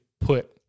put